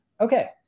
Okay